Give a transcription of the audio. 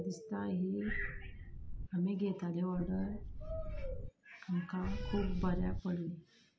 आमी म्हाका दिसता ही आमी घेताले ऑर्डर आमकां खूब बऱ्याक पडली